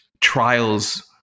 trials